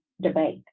debate